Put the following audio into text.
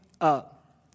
up